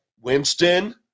Winston